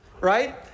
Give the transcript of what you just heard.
right